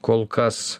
kol kas